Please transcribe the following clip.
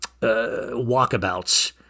walkabouts